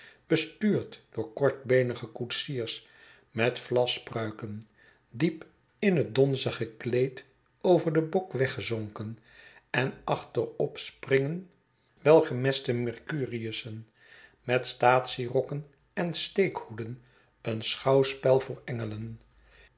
bestuurd door kortbeenige koetsiers met vlaspruiken diep in het donzige kleed over den bok weggezonken en achterop springen welgémeste mercurius'en met staatsierokken en steekhoeden een schouwspel voor engelen